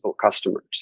customers